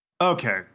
Okay